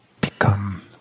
become